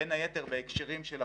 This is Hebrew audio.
בין היתר בהקשרים של הקורונה,